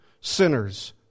sinners